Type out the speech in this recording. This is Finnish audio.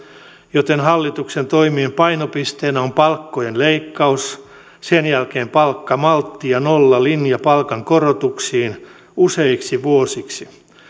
joten hallituksen toimien painopisteenä on palkkojen leikkaus sen jälkeen palkkamaltti ja nollalinja palkankorotuksiin useiksi vuosiksi